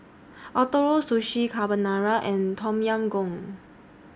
Ootoro Sushi Carbonara and Tom Yam Goong